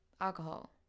Alcohol